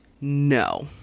no